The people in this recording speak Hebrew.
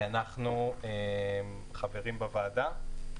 אנחנו חברים בוועדה.